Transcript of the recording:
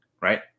right